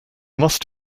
must